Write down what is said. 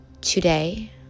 Today